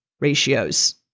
ratios